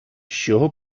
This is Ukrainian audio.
чого